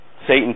Satan